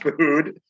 food